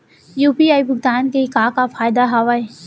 UPI भुगतान के का का फायदा हावे?